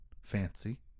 fancy